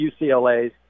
UCLA's